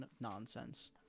nonsense